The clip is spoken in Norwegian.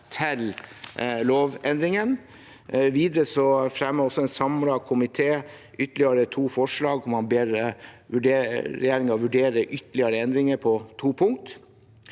til lovendringen. Videre fremmer en samlet komité ytterligere to forslag, hvor man ber regjeringen vurdere ytterligere endringer på to punkter.